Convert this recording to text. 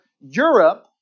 Europe